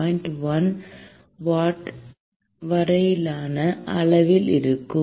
1 watt வரையிலான அளவில் இருக்கும்